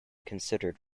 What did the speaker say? considered